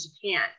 Japan